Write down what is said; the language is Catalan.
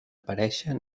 aparèixer